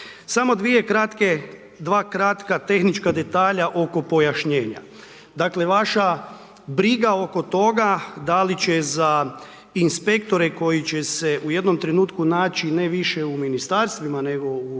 Samo dvije kratke, dva kratka tehnička detalja oko pojašnjenja. Dakle, vaša briga oko toga da li će za inspektore koji će se u jednom trenutku naći ne više u ministarstvima nego u